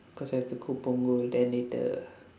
cause I've to go punggol then later